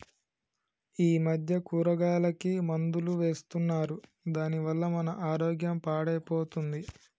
ఈ మధ్య కూరగాయలకి మందులు వేస్తున్నారు దాని వల్ల మన ఆరోగ్యం పాడైపోతుంది